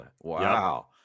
Wow